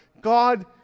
God